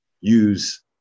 use